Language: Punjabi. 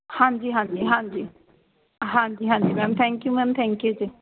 ਹਾਂਜੀ ਹਾਂਜੀ ਹਾਂਜੀ ਹਾਂਜੀ ਹਾਂਜੀ ma'am thank you ma'am thank you ਜੀ